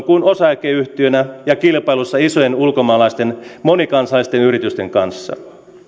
kuin osakeyhtiönä ja kilpailussa isojen ulkomaisten monikansallisten yritysten kanssa